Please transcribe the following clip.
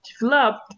developed